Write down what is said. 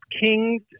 Kings